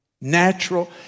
Natural